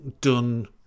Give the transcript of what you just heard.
done